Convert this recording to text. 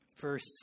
verse